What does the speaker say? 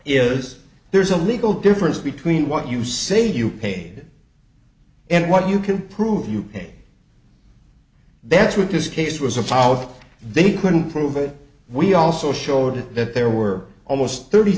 is there's a legal difference between what you say you paid and what you can prove you say that's what this case was a pile of they couldn't prove it we also showed that there were almost thirty